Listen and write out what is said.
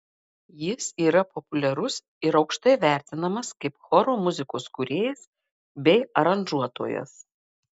jis yra populiarus ir aukštai vertinamas kaip choro muzikos kūrėjas bei aranžuotojas